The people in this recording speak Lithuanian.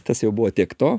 tas jau buvo tiek to